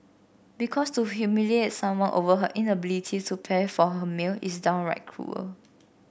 because to humiliate someone over her inability to pay for her meal is downright cruel